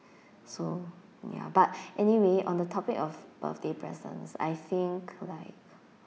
so ya but anyway on the topic of birthday present I think like